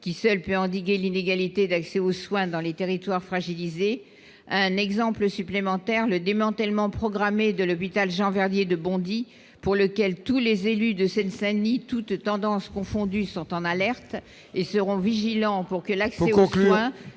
qui seule peut endiguer l'inégalité d'accès aux soins dans les territoires fragilisés un exemple supplémentaire le démantèlement programmé de l'hôpital Jean Verdier de Bondy pour lequel tous les élus de Seine-Saint-Denis, toutes tendances confondues, sont en alerte et seront vigilants pour que l'accès aux coureurs